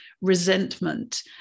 resentment